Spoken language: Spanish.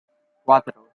cuatro